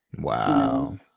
wow